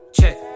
Check